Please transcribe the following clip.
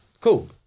cool